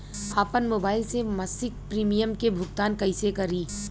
आपन मोबाइल से मसिक प्रिमियम के भुगतान कइसे करि?